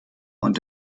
und